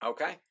Okay